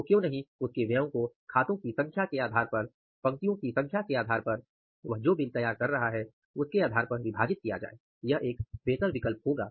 तो क्यों नहीं उसके व्यय को खातों की संख्या के आधार पर पंक्तियों की संख्या के आधार पर वह जो बिल तैयार कर रहा है उसके आधार पर विभाजित किया जाये वह एक बेहतर विकल्प होगा